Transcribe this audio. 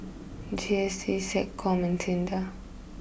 G S T SecCom and SINDA